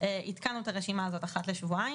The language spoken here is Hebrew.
ועדכנו את הרשימה הזאת אחת לשבועיים.